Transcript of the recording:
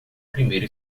primeiro